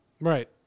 right